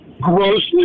grossly